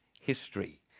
history